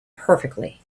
perfectly